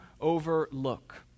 overlook